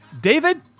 David